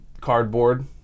cardboard